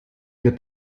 wird